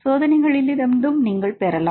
சோதனைகளிலிருந்து நீங்கள் பெறலாம்